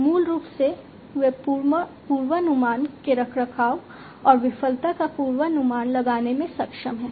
मूल रूप से वे पूर्वानुमान के रखरखाव और विफलता का पूर्वानुमान लगाने में सक्षम हैं